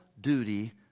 duty